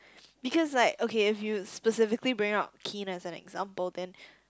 because like okay if you specifically bring out Kean as an example then